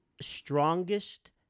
strongest